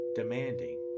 demanding